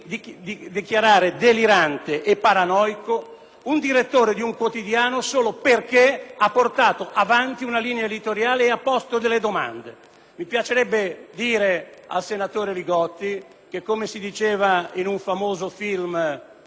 il direttore di un quotidiano solo perché ha portato avanti una linea editoriale ed ha posto delle domande. Mi piacerebbe dire al senatore Li Gotti, come si diceva in un famoso film in cui recitava un famoso attore, «è la stampa, bellezza»;